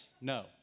no